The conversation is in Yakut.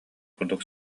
курдук